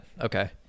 Okay